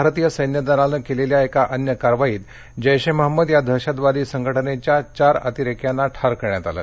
भारतीय सैन्यदलानं केलेल्या एका अन्य कारवाईत जैश ए महमंद या दहशतवादी संघटनेच्या चार अतिरेक्याना ठार करण्यात आलं